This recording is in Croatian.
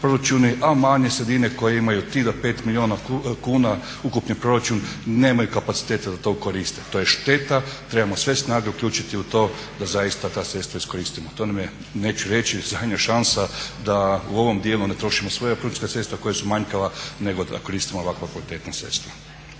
a manje sredine koje imaju 5 milijuna kuna ukupni proračun nemaju kapaciteta da to koriste. To je šteta, trebamo sve snage uključiti u to da zaista ta sredstva iskoristimo. To nam je neću reći zadnja šansa da u ovom dijelu ne trošimo svoje proračunska sredstva koja su manjkava nego da koristimo ovakva kvalitetna sredstva.